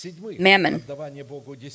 Mammon